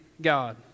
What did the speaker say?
God